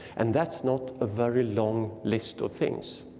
and that's not a very long list of things.